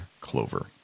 Clover